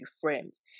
friends